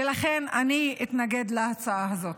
ולכן אני אתנגד להצעה הזאת.